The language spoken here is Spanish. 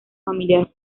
familiar